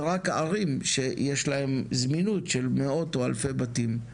זה רק ערים שיש להן זמינות של מאות או אלפי בתים.